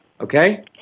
Okay